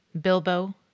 Bilbo